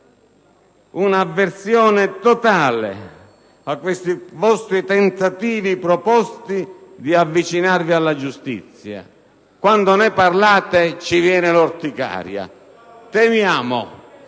un'avversione totale a questi vostri tentativi di avvicinamento alla giustizia; quando ne parlate ci viene l'orticaria.